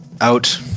out